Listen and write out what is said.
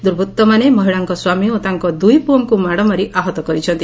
ଦୁର୍ବୁଉମାନେ ମହିଳାଙ୍କ ସ୍ୱାମୀ ଓ ତାଙ୍କ ଦୁଇପୁଅଙ୍କୁ ମାଡ଼ମାରି ଆହତ କରିଛନ୍ତି